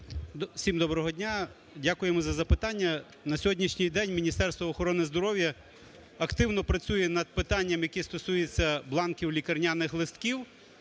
Всім доброго дня. Дякуємо за запитання. На сьогоднішній день Міністерство охорони здоров'я активно працює над питанням, яке стосується бланків лікарняних листків.